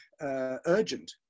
urgent